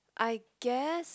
I guess